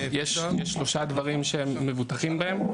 יש שלושה דברים שהם מבוטחים בהם?